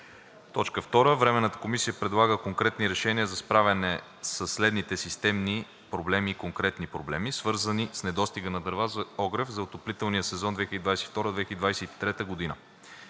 група. 2. Временната комисия предлага конкретни решения за справяне със следните системни проблеми и конкретни проблеми, свързани с недостига на дърва за огрев за отоплителен сезон 2022 – 2023 г.: